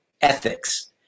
ethics